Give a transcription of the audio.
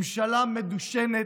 ממשלה מדושנת,